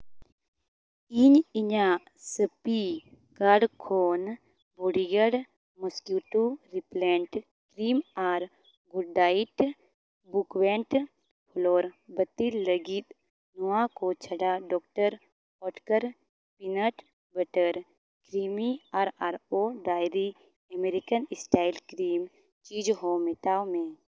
ᱤᱧ ᱤᱧᱟᱹᱜ ᱥᱚᱯᱤ ᱠᱟᱨᱰ ᱠᱷᱚᱱ ᱵᱚᱰᱤᱜᱟᱨᱰ ᱢᱚᱥᱠᱤᱭᱩᱴᱳ ᱨᱮᱯᱞᱮᱱᱴ ᱠᱨᱤᱢ ᱟᱨ ᱜᱩᱰ ᱰᱟᱭᱤᱴ ᱵᱩᱠ ᱵᱮᱱᱴ ᱯᱷᱞᱳᱨ ᱵᱟᱹᱛᱤᱞ ᱞᱟᱹᱜᱤᱫ ᱱᱚᱣᱟ ᱠᱚ ᱪᱷᱟᱰᱟ doctor Oetker peanut butter creamy ᱟᱨᱚ dairy American style cream cheese ᱦᱚᱸ ᱢᱮᱴᱟᱣ ᱢᱮ